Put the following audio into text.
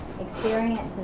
experiences